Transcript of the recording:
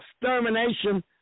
extermination